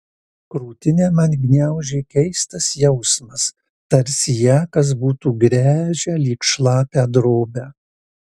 krūtinę man gniaužė keistas jausmas tarsi ją kas būtų gręžę lyg šlapią drobę